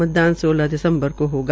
मतदान सोलह दिसम्बर को होगा